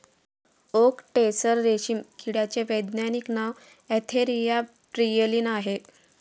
okay tasar रेशीम किड्याचे वैज्ञानिक नाव अँथेरिया प्रियलीन आहे